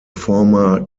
former